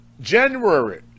January